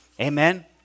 Amen